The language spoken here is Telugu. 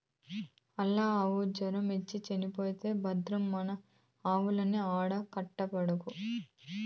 ఆల్లావు జొరమొచ్చి చచ్చిపోయే భద్రం మన ఆవుల్ని ఆడ కట్టబాకు